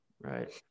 Right